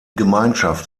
gemeinschaft